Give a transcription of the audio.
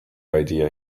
idea